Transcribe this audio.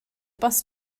bus